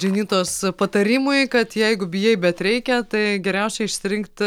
dženitos patarimui kad jeigu bijai bet reikia tai geriausia išsirinkti